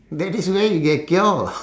that is where you get cure